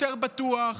יותר בטוח,